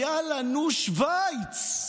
היה לנו שווייץ.